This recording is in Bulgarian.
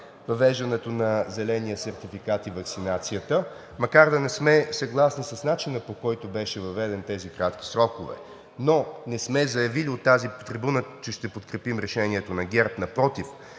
въвеждането на зеления сертификат и ваксинацията, макар да не сме съгласни с начина, по който беше въведен в тези кратки срокове, но не сме заявили от тази трибуна, че ще подкрепим решението на ГЕРБ. Напротив,